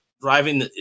driving